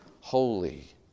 holy